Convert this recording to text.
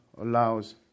allows